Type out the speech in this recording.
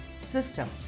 system